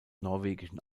norwegischen